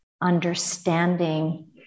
understanding